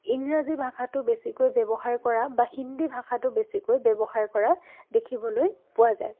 ইংৰাজী ভাষাটো বেছিকৈ ব্যৱহাৰ কৰা বা হিন্দী ভাষাটো বেছিকৈ ব্যৱহাৰ কৰা দেখিবলৈ পোৱা যায়